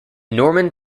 norman